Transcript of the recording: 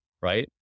Right